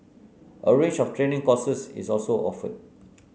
a range of training courses is also offered